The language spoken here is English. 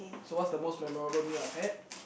so what's the most memorable meal I've had